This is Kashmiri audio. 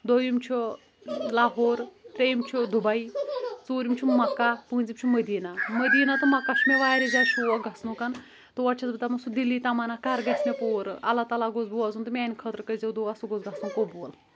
دوٚیُم چھُ لاہور ترٛیٚیم چھُ دبے ژوٗرِم چھُ مکہ پوٗژِم چھُ مٔدیٖنہ مدیٖنہ تہٕ مَکہ چھُ مےٚ واریاہ زیادٕ شوق گژھنُک تور چھَس بہٕ دَپان سُہ دِلی تَمنا کَر گژھِ مےٚ پوٗرٕ اللہ تالہ گوژھ بوزُن تہٕ میانہِ خٲطرٕ کٔرزیٚو دعا سُہ گوژھ گژھُن قبوٗل